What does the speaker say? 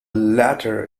latter